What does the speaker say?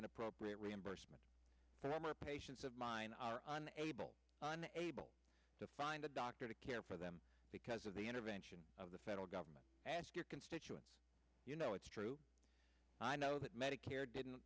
inappropriate reimbursement for them or patients of mine are on a bill on able to find a doctor to care for them because of the intervention of the federal government ask your constituents you know it's true i know that medicare didn't